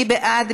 מי בעד?